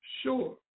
sure